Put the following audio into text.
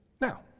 Now